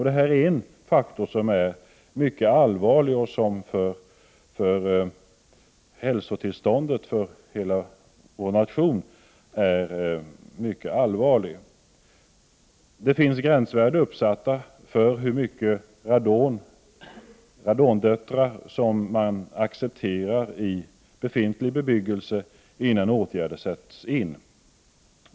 Det är en faktor som är mycket allvarlig för hälsotillståndet i hela nationen. Det finns gränsvärden för hur mycket radondöttrar som man accepterar i befintlig bebyggelse innan åtgärder måste sättas in.